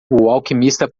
alquimista